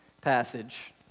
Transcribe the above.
passage